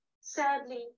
Sadly